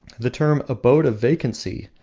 the term, abode of vacancy,